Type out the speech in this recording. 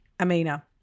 Amina